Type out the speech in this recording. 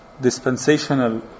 dispensational